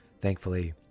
thankfully